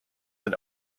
than